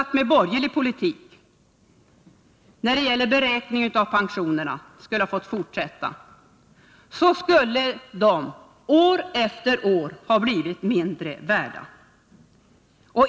Om den borgerliga politiken när det gäller beräkningen av 1982/83:50 och 55 pensionerna hade fått fortsätta, skulle pensionerna år efter år ha blivit mindre värda.